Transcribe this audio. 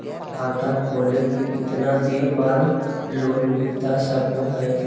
खाता खोले के कितना दिन बाद लोन मिलता सको है?